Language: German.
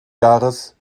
jahres